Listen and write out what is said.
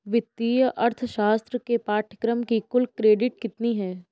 वित्तीय अर्थशास्त्र के पाठ्यक्रम की कुल क्रेडिट कितनी है?